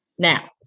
Now